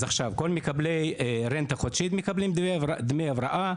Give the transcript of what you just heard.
אז כל אלה שמקבלים רנטה חודשית מקבלים דמי הבראה,